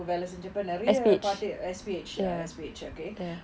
வேல செஞ்சப்ப நிறைய:vela senjappa niraiya S_P_H ya S_P_H okay